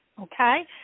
Okay